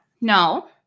No